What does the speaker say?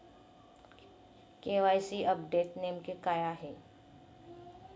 KYC update नेमके काय आहे?